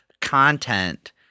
content